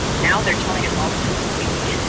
now they're telling us all to do it in a week.